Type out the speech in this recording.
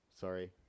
Sorry